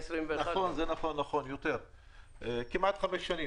האמת שהדברים קשורים אחד